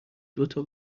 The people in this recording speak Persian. دوتا